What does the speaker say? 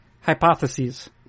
hypotheses